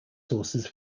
sources